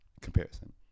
comparison